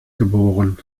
geboren